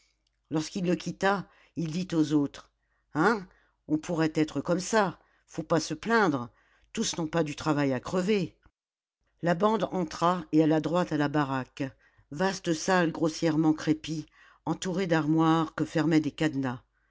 lorsqu'il le quitta il dit aux autres hein on pourrait être comme ça faut pas se plaindre tous n'ont pas du travail à crever la bande entra et alla droit à la baraque vaste salle grossièrement crépie entourée d'armoires que fermaient des cadenas